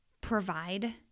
provide